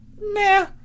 Nah